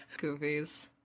Goofies